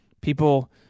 people